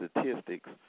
statistics